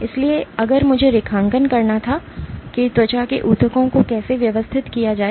इसलिए अगर मुझे रेखांकन करना था कि त्वचा के ऊतकों को कैसे व्यवस्थित किया जाए